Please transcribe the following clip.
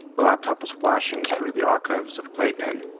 the laptop was flashing through the archives of playpen.